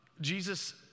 Jesus